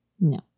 No